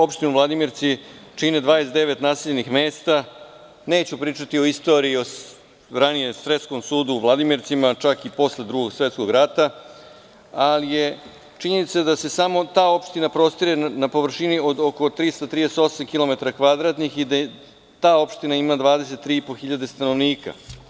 Opštinu Vladimirci čini 29 naseljenih mesta, neću pričati o istoriji, o ranijem Sreskom sudu u Vladimircima, čak i posle Drugog svetskog rata, ali je činjenica da se samo ta opština prostire na površini oko 338 kvadratnih kilometara i da ta opština ima 23,5 hiljada stanovnika.